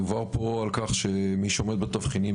דובר פה על כך שמי שעומד בתבחינים,